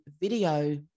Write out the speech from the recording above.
video